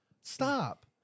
Stop